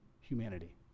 humanity